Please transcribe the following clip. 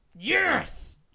Yes